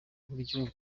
uburyo